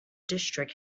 district